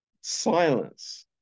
silence